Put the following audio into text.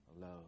love